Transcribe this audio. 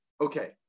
okay